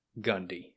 Gundy